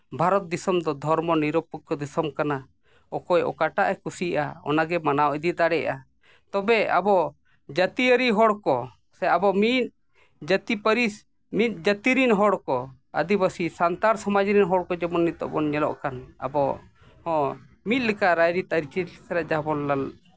ᱵᱷᱟᱨᱚᱛ ᱫᱤᱥᱚᱢ ᱫᱚ ᱫᱷᱚᱨᱢᱚ ᱱᱤᱨᱚ ᱯᱮᱠᱠᱷᱚ ᱫᱤᱥᱚᱢ ᱠᱟᱱᱟ ᱚᱠᱚᱭ ᱚᱠᱟᱴᱟᱜ ᱠᱩᱥᱤᱭᱟᱜᱼᱟ ᱚᱱᱟ ᱜᱮ ᱢᱟᱱᱟᱣ ᱤᱫᱤ ᱫᱟᱲᱮᱭᱟᱜᱼᱟ ᱛᱚᱵᱮ ᱟᱵᱚ ᱡᱟᱹᱛᱤᱭᱟᱹᱨᱤ ᱦᱚᱲ ᱠᱚ ᱥᱮ ᱟᱵᱚ ᱢᱤᱫ ᱡᱟᱹᱛᱤ ᱯᱟᱹᱨᱤᱥ ᱢᱤᱫ ᱡᱟᱹᱛᱤ ᱨᱮᱱ ᱦᱚᱲ ᱠᱚ ᱟᱹᱫᱤᱵᱟᱹᱥᱤ ᱥᱟᱱᱛᱟᱲ ᱥᱚᱢᱟᱡᱽ ᱨᱮᱱ ᱦᱚᱲ ᱠᱚ ᱡᱮᱢᱚᱱ ᱱᱤᱛᱚᱜ ᱵᱚᱱ ᱧᱮᱞᱚᱜ ᱠᱟᱱ ᱟᱵᱚ ᱦᱚᱸ ᱢᱤᱫ ᱞᱮᱠᱟ ᱨᱟᱭ ᱨᱤᱛ ᱟᱹᱨᱤ ᱪᱟᱹᱞᱤ ᱥᱟᱞᱟᱜ ᱡᱟᱦᱟᱸ ᱵᱚᱱ